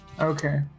Okay